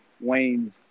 Wayne's